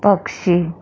पक्षी